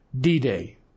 D-Day